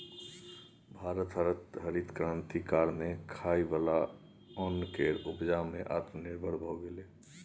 भारत हरित क्रांति कारणेँ खाइ बला ओन केर उपजा मे आत्मनिर्भर भए गेलै